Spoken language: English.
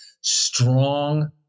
strong